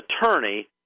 attorney